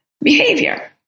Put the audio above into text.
behavior